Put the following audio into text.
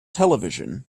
television